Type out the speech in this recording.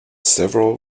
several